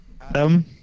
Adam